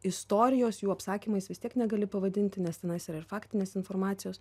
istorijos jų apsakymais vis tiek negali pavadinti nes tenais yra ir faktinės informacijos